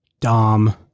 Dom